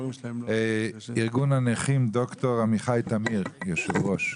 ארגון הנכים, ד"ר עמיחי תמיר, יושב-ראש.